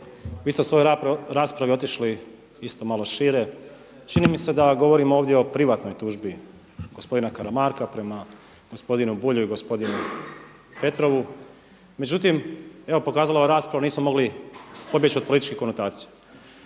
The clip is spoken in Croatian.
Vi ste u svojoj raspravi otišli isto malo šire. Čini mi se da govorim ovdje o privatnoj tužbi gospodina Karamarka prema gospodinu Bulju i gospodinu Petrovu, međutim evo pokazala je rasprava nismo mogli pobjeći od političkih konotacija.